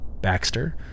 Baxter